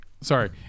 sorry